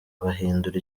bahindura